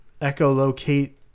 echolocate